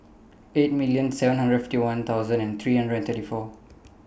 eight million seven hundred fifty one thousand and three hundred and thirty four